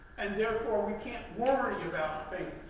and therefore, we can't worry you about things,